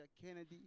Kennedy